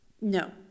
No